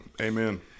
Amen